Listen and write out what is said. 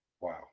Wow